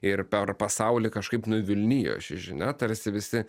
ir per pasaulį kažkaip nuvilnijo ši žinia tarsi visi